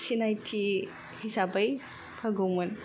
सिनायथि हिसाबै होगौमोन